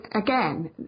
again